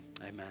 Amen